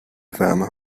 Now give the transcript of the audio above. wärme